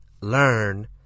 learn